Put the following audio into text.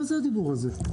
מה זה הדיבור הזה?